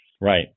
Right